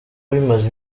bimaze